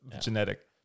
genetic